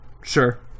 sure